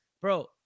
bro